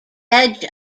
edge